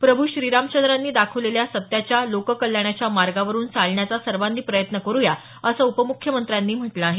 प्रभू श्रीरामचंद्रांनी दाखवलेल्या सत्याच्या लोककल्याणाच्या मार्गावरुन चालण्याचा सर्वांनी प्रयत्न करु या असं उपमुख्यमंत्र्यांनी म्हटलं आहे